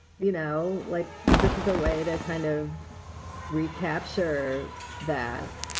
you know, like, this is a way to kind of recapture that.